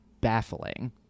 baffling